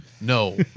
No